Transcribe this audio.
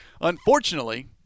unfortunately